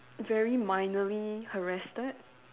very minorly harassed